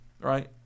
right